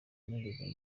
nigeze